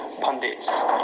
pundits